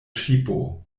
ŝipo